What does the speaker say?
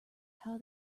how